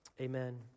Amen